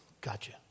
Gotcha